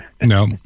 no